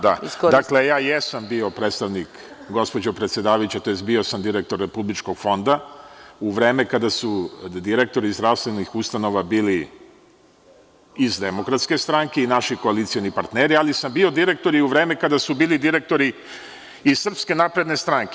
Dakle, ja jesam bio predstavnik, gospođo predsedavajuća, tj. bio sam direktor Republičkog fonda u vreme kada su direktori zdravstvenih ustanova bili iz DS i naši koalicioni partneri, ali sam bio direktor i u vreme kada su bili direktori iz SNS.